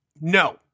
No